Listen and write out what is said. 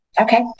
Okay